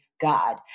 God